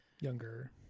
younger